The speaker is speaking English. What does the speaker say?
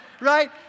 Right